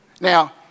now